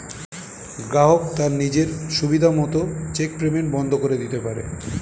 গ্রাহক তার নিজের সুবিধা মত চেক পেইমেন্ট বন্ধ করে দিতে পারে